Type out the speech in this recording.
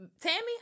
Tammy